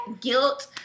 guilt